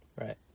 right